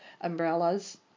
Umbrellas